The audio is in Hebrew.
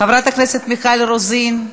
חברת הכנסת מיכל רוזין,